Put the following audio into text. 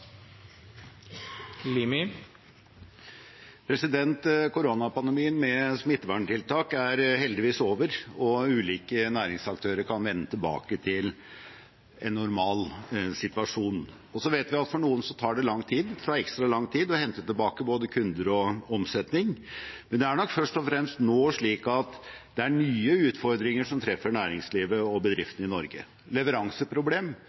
heldigvis over, og ulike næringsaktører kan vende tilbake til en normal situasjon. Så vet vi at for noen tar det lang tid, ekstra lang tid, å hente tilbake både kunder og omsetning, men det er nok først og fremst slik at det er nye utfordringer som nå treffer næringslivet og